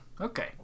okay